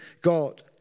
God